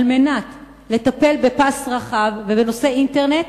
על מנת לטפל בפס רחב ובנושא אינטרנט,